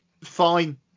fine